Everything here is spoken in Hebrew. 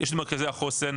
יש את מרכזי החוסן,